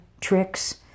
Tricks